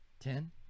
Ten